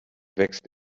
wächst